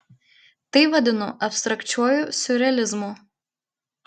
tai vadinu abstrakčiuoju siurrealizmu